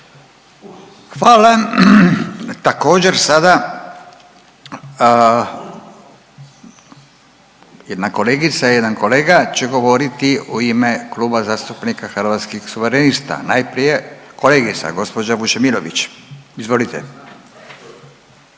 Hvala. Također, sada jedna kolegica, jedan kolega će govoriti u ime Kluba zastupnika Hrvatskih suverenista, najprije kolegica, gđa. Vučemilović. Izvolite.